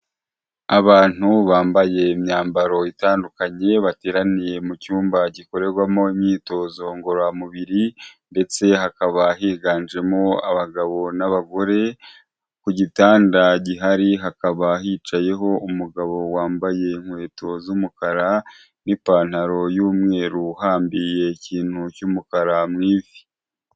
Abantu bambaye imyambaro itandukanye bateraniye mu cyumba gikorerwamo imyitozo ngororamubiri ndetse hakaba higanjemo abagabo n'abagore, ku gitanda gihari hakaba hicayeho umugabo wambaye inkweto z'umukara n'ipantaro y'umweru uhambiriye ikintu cy'umukara mu ivi.